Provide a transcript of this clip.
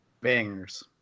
bangers